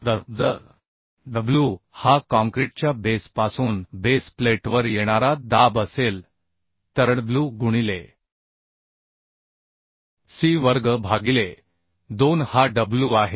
तर जर w हा काँक्रीटच्या बेस पासून बेस प्लेटवर येणारा दाब असेल तर w गुणिले c वर्ग भागिले 2 हा w आहे